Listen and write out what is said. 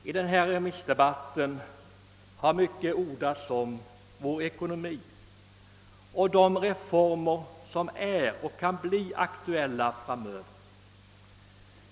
I denna remissdebatt har mycket ordats om vår ekonomi och de reformer som är och kan bli aktuella framöver.